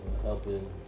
helping